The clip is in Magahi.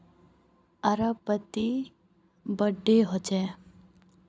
अरबी पत्ता बोडो होचे